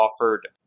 offered